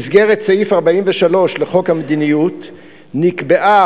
במסגרת סעיף 43 לחוק המדיניות נקבעה